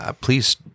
please